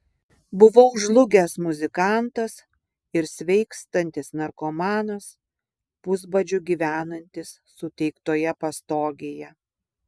buvau žlugęs muzikantas ir sveikstantis narkomanas pusbadžiu gyvenantis suteiktoje pastogėje